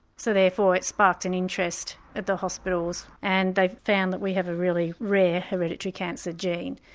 so therefore it sparked an interest at the hospitals and they found that we have a really rare hereditary cancer gene.